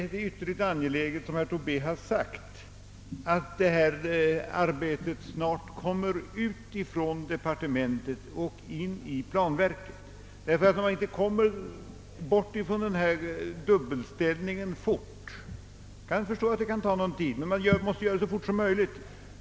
Det är ytterst angeläget, som herr Tobé har sagt, att arbetet snart kan flyttas från departementet till planverket. Jag kan förstå att det kan ta tid att komma ifrån denna dubbelställning, men man måste göra det så fort som möjligt.